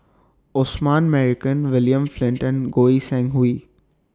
Osman Merican William Flint and Goi Seng Hui